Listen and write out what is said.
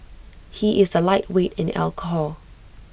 he is A lightweight in alcohol